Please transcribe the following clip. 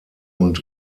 und